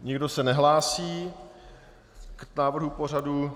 Nikdo se nehlásí k návrhu pořadu.